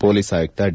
police ಆಯುಕ್ತ D